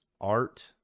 art